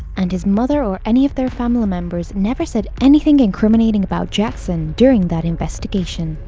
and his mother or any of their family members never said anything incriminating about jackson during that investigation.